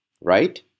right